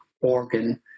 organ